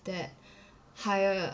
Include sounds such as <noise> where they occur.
that <breath> higher